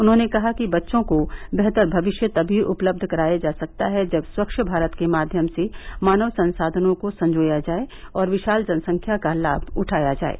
उन्होंने कहा कि बच्चों को बेहतर भविष्य तभी उपलब्ध कराया जा सकता है जब स्वच्छ भारत के माध्यम से मानव संसाधनों को संजोया जाये और विशाल जनसंख्या का लाभ उठाया जाये